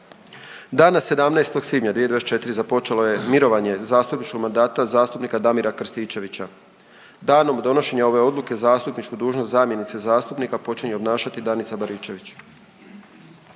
Dana 17. svibnja 2024. započelo je mirovanje zastupničkog mandata zastupnika Josipa Dabre. Danom donošenja ove odluke zastupničku dužnost zamjenice zastupnika počinje obnašati Ivana Mujkić.